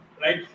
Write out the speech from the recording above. Right